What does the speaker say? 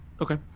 okay